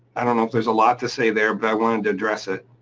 i don't know if there's a lot to say there, but i wanted to address it.